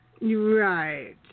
Right